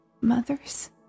mother's